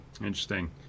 Interesting